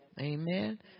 amen